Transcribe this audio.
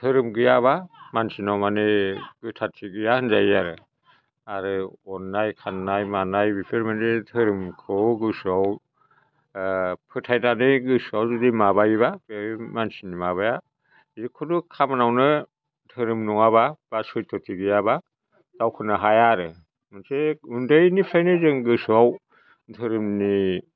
धोरोम गैयाबा मानसिनाव माने गोथारथि गैया होनजायो आरो आरो अन्नाय खान्नाय मानाइ बेफोर माने धोरोमखौ गोसोयाव फोथायनानै गोसोयाव जुदि माबायोबा बेयो मानसिनि माबाया जिखुनु खामानावनो धोरोम नङाबा बा सैथ'थि गैयाबा दावखोनो हाया आरो मोनसे उन्दैनिफ्रायनो जों गोसोयाव धोरोमनि